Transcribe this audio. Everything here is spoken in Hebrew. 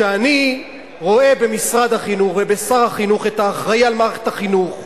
שאני רואה במשרד החינוך ובשר החינוך את האחראי למערכת החינוך,